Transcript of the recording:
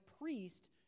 priest